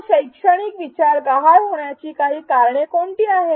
या शैक्षणिक विचार गहाळ होण्याची काही कारणे कोणती आहेत